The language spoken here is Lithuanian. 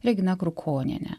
regina krukoniene